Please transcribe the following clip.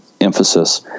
emphasis